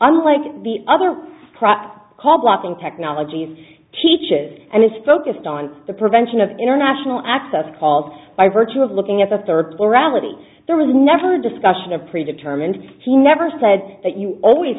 unlike the other prop called blocking technologies teaches and it's focused on the prevention of international access called by virtue of looking at the third plurality there was never discussion of pre determined he never said that you always